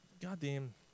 goddamn